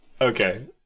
Okay